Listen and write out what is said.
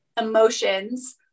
emotions